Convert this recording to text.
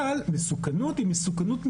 אבל מסוכנות, היא מסוכנות מידית,